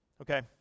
Okay